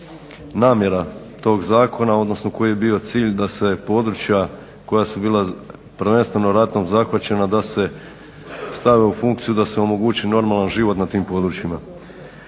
namjera tog zakona, odnosno koji je bio cilj da se područja koja su bila prvenstveno ratom zahvaćena da se stave u funkciju, da se omogući normalan život na tim područjima.